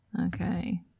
Okay